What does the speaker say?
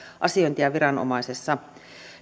asiointia viranomaisessa